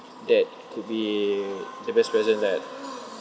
that to be the best present that